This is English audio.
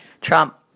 Trump